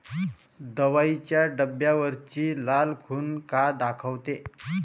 दवाईच्या डब्यावरची लाल खून का दाखवते?